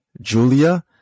Julia